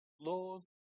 Lord